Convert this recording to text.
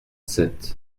sept